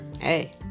hey